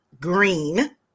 green